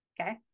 okay